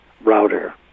router